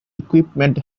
equipment